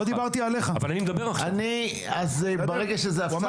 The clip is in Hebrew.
רגע, חברים.